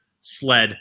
sled